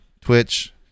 Twitch